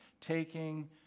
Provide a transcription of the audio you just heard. taking